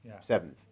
seventh